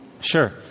Sure